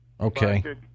Okay